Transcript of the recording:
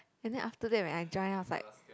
and then after that when I join I was like